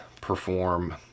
perform